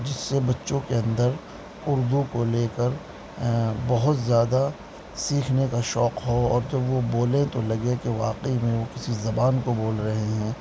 جس سے بچوں کے اندر اردو کو لے کر بہت زیادہ سیکھنے کا شوق ہو اور جب وہ بولیں تو لگے کہ واقعی میں وہ کسی زبان کو بول رہے ہیں